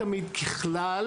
תמיד תמיד ככלל,